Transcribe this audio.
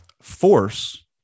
force